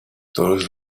todos